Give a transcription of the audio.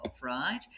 right